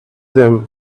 them